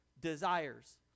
desires